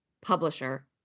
publisher